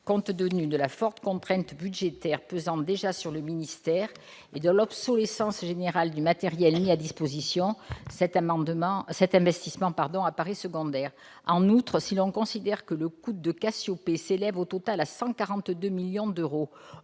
Compte tenu de la forte contrainte budgétaire pesant déjà sur le ministère et de l'obsolescence générale du matériel mis à disposition, cet investissement paraît secondaire. En outre, si l'on considère que le coût de CASSIOPÉE s'élève au total à 142 millions d'euros,